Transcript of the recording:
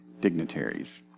dignitaries